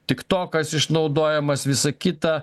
tik tokas išnaudojamas visa kita